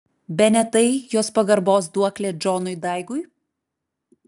bene tai jos pagarbos duoklė džonui daigui